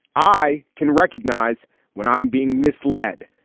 i can recognize when i'm being misled.